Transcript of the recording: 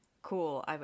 Cool